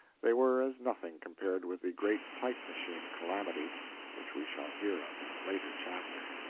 they were as nothing compared with the great type-machine calamity which we shall hear of in a later chapter.